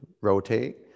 rotate